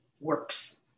works